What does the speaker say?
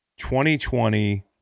2020